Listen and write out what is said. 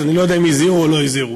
אז אני לא יודע אם הזהירו או לא הזהירו.